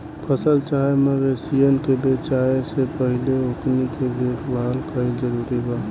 फसल चाहे मवेशियन के बेचाये से पहिले ओकनी के देखभाल कईल जरूरी होला